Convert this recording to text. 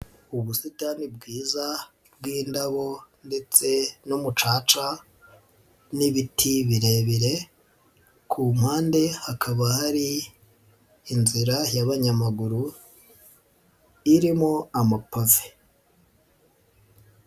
Ubusitani bwiza bw'indabo ndetse n'umucaca n'ibiti birebire, ku mpande hakaba hari inzira y'abanyamaguru irimo amapave.